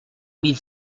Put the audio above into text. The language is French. mille